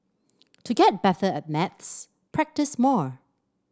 to get better at maths practise more